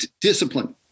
discipline